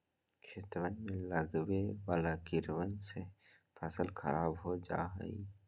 खेतवन में लगवे वाला कीड़वन से फसल खराब हो जाहई